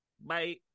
Bye